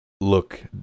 look